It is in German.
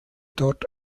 dort